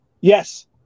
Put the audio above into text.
Yes